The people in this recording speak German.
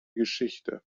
geschichte